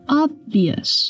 obvious